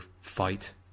fight